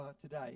today